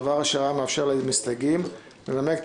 דבר אשר היה מאפשר למסתייגים לנמק את